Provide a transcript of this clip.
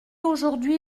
aujourd’hui